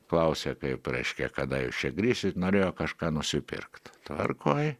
klausė kaip reiškia kada jūs čia grįšit norėjo kažką nusipirkt tvarkoj